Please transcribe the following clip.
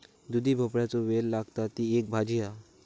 दुधी भोपळ्याचो वेल लागता, ती एक भाजी हा